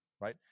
right